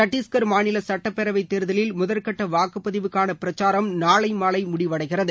சத்தீஷ்கர் மாநில சட்டப்பேரவைத்தேர்தலில் முதற்கட்ட வாக்குப்பதிவுக்கான பிரச்சாரம் நாளை மாலை முடிவடைகிறது